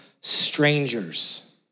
strangers